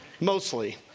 Mostly